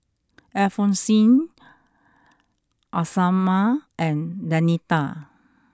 Alphonsine Isamar and Danita